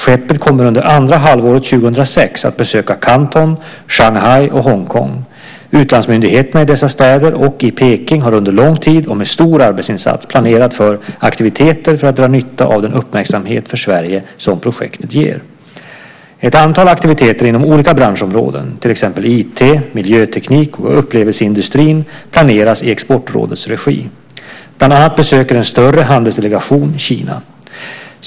Skeppet kommer under andra halvåret 2006 att besöka Kanton, Shanghai och Hongkong. Utlandsmyndigheterna i dessa städer och i Peking har under lång tid och med en stor arbetsinsats planerat för aktiviteter för att dra nytta av den uppmärksamhet för Sverige som projektet ger. Ett antal aktiviteter inom olika branschområden, till exempel IT, miljöteknik och upplevelseindustrin, planeras i Exportrådets regi. Bland annat besöker en större handelsdelegation Kina.